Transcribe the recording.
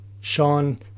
Sean